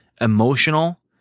emotional